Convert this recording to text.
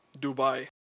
Dubai